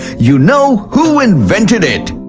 you know who invented it.